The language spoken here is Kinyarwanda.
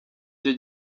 cyo